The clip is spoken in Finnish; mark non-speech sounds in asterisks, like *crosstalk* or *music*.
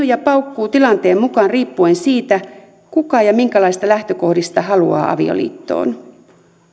*unintelligible* ja paukkuvat tilanteen mukaan riippuen siitä kuka ja minkälaisista lähtökohdista haluaa avioliittoon